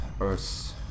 Earth